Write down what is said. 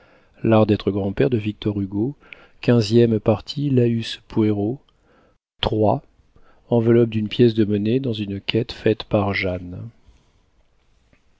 iii enveloppe d'une pièce de monnaie dans une quête faite par jeanne